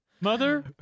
Mother